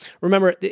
Remember